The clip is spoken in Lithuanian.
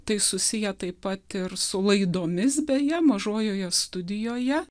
tai susiję taip pat ir su laidomis beje mažojoje studijoje